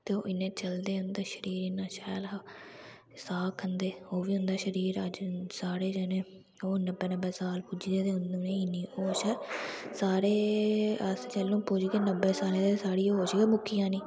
ते ओह् इ'न्ने चलदे उं'दे शरीर इ'न्ना शैल हा साग खंदे ओह् बी उं'दा शरीर अज्ज सारे जनें ओह् नब्बे नब्बे साल पुजी गेदे उ'नें ई इ'न्नी होश ऐ साढ़े अस जैलूं पुजगे नब्बे सालें दे साढ़ी होश गै मुक्की जानी